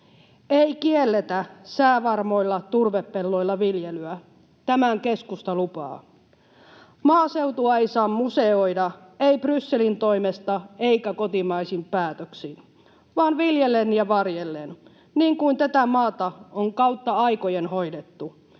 Ei kielletä säävarmoilla turvepelloilla viljelyä. Tämän keskusta lupaa. Maaseutua ei saa museoida, ei Brysselin toimesta eikä kotimaisin päätöksin, vaan viljellä ja varjella, niin kuin tätä maata on kautta aikojen hoidettu.